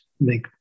make